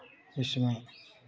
इसमें